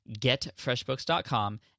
getfreshbooks.com